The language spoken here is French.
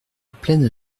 pleine